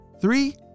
three